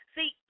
See